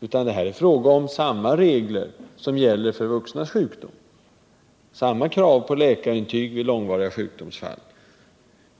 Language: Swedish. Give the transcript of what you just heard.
utan det är fråga om samma regler som gäller i samband med vuxnas sjukfrånvaro. Det är alltså fråga om samma krav på läkarintyg vid långvariga sjukdomsfall.